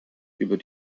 über